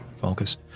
focus